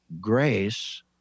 grace